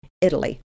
Italy